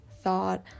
thought